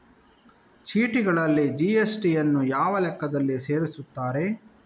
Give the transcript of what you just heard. ಚೀಟಿಗಳಲ್ಲಿ ಜಿ.ಎಸ್.ಟಿ ಯನ್ನು ಯಾವ ಲೆಕ್ಕದಲ್ಲಿ ಸೇರಿಸುತ್ತಾರೆ?